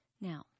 Now